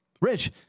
Rich